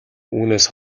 үүнээс